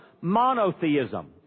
monotheism